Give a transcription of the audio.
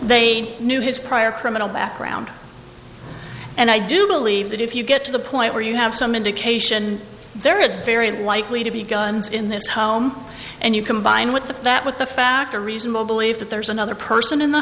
they knew his prior criminal background and i do believe that if you get to the point where you have some indication there is very likely to be guns in this home and you combine with the that with the fact a reasonable belief that there's another person in the